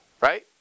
right